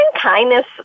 kindness